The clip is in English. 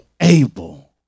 able